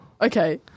Okay